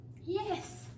Yes